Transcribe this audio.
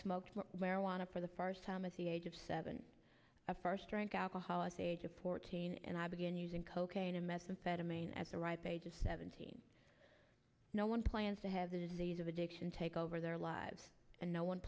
smoked marijuana for the first time at the age of seven of first drink alcohol as age of fourteen and i began using cocaine and methamphetamine at the ripe age of seventeen no one plans to have the disease of addiction take over their lives and no one